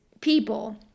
people